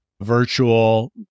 virtual